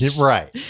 Right